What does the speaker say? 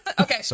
Okay